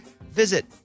visit